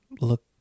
look